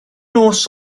nos